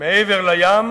מעבר לים,